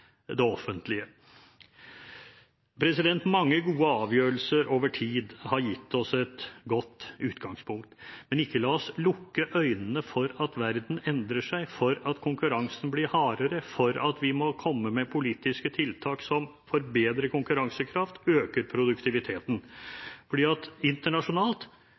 det offentlige. Mange gode avgjørelser over tid har gitt oss et godt utgangspunkt. Men la oss ikke lukke øynene for at verden endrer seg, for at konkurransen blir hardere, og for at vi må komme med politiske tiltak som forbedrer konkurransekraften og øker produktiviteten, for internasjonalt